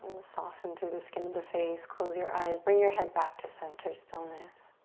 soften through the skin of the face. close your eyes. bring your head back to center stillness.